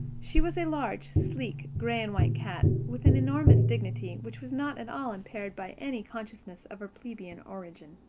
she was a large, sleek, gray-and-white cat, with an enormous dignity which was not at all impaired by any consciousness of her plebian origin.